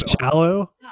shallow